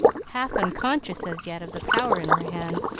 half unconscious as yet of the power in her hands,